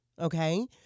Okay